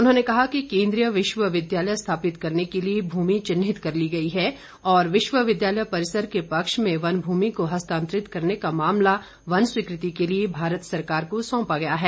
उन्होंने कहा कि केन्द्रीय विश्वविद्यालय स्थापित करने के लिए भूमि चिन्हित कर ली गई है और विश्वविद्यालय परिसर के पक्ष में वन भूमि को हस्तांतरित करने का मामला वन स्वीकृति के लिए भारत सरकार को सौंपा गया है